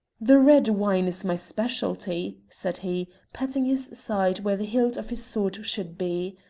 the red wine is my specialty, said he, patting his side where the hilt of his sword should be.